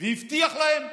והבטיח להם,